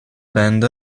band